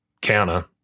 counter